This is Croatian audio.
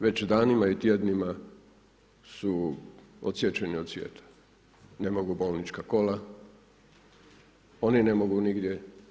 Već danima i tjednima su odsječeni od svijeta, ne mogu bolnička kola, oni ne mogu nigdje.